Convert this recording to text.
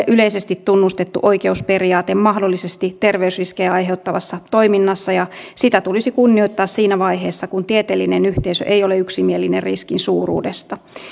yleisesti tunnustettu oikeusperiaate mahdollisesti terveysriskejä aiheuttavassa toiminnassa ja sitä tulisi kunnioittaa siinä vaiheessa kun tieteellinen yhteisö ei ole yksimielinen riskin suuruudesta